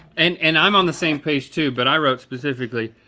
and and i'm on the same page too, but i wrote specifically,